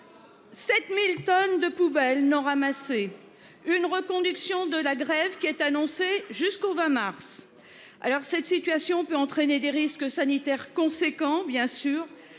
7000 tonnes de poubelles non ramassées une reconduction de la grève qui est annoncé jusqu'au 20 mars. Alors cette situation peut entraîner des risques sanitaires conséquent bien sûr